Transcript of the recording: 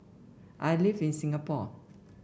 I live in Singapore